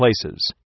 places